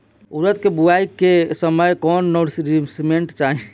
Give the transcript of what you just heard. उरद के बुआई के समय कौन नौरिश्मेंट चाही?